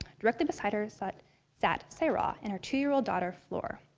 directly beside her sat sat sayra and her two year old daughter, flor.